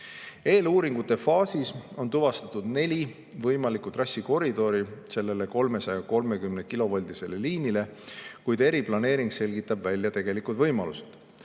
Eeluuringute faasis on tuvastatud neli võimalikku trassikoridori sellele 330-kilovoldisele liinile, kuid eriplaneering selgitab välja tegelikud võimalused.